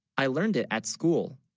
i learned it at school